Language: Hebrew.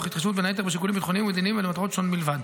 תוך התחשבות בין היתר בשיקולים ביטחוניים ומדיניים ולמטרות שו"ן בלבד.